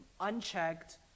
unchecked